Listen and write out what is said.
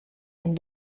den